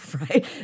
right